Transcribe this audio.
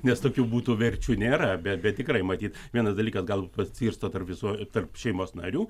nes tokių butų verčių nėra be bet tikrai matyt vienas dalykas gal pasiskirsto tarp visų tarp šeimos narių